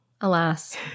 alas